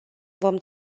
vom